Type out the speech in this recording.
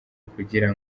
kugira